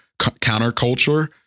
counterculture